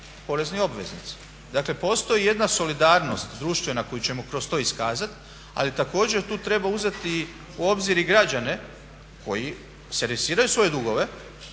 porezni obveznici. Dakle postoji jedna solidarnost društvena koju ćemo kroz to iskazati ali također tu treba uzeti u obzir i građane koji servisiraju svoje dugove